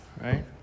Right